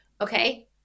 Okay